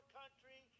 country